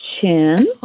chin